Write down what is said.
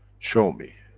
show me!